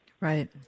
Right